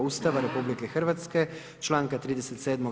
Ustava RH, članka 37.